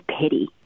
pity